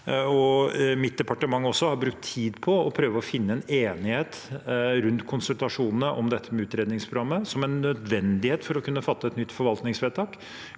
mitt departement har også brukt tid på, å prøve å finne en enighet rundt konsultasjonene om utredningsprogrammet, som er en nødvendighet for å kunne fatte et nytt forvaltningsvedtak.